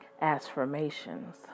affirmations